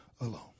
alone